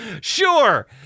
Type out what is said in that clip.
Sure